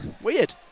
Weird